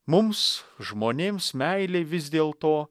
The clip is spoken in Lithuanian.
mums žmonėms meilė vis dėl to